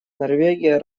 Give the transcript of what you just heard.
норвегия